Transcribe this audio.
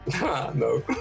No